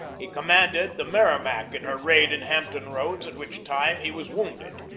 he commanded the merrimac in her raid in hamp ton roads, at which time he was wounded.